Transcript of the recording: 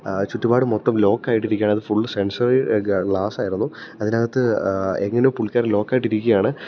ചുറ്റുപാട് മൊത്തം ലോക്കായിയിട്ടിരിക്കുകയാണ് അത് ഫുൾ സെൻസറി ഗ്ലാസ്സ് ആയിരുന്നു അതിനകത്ത് എങ്ങനോ പുള്ളിക്കാരൻ ലോക്ക് ആയിട്ടിരിക്കുകയാണ്